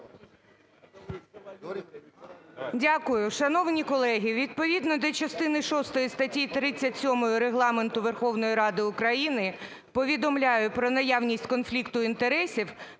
Дякую. Шановні колеги, відповідно до частини шостої статті 37 Регламенту Верховної Ради України повідомляю про наявність конфлікту інтересів